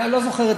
לא זוכר,